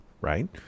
right